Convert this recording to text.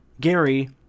Gary